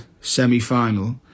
semi-final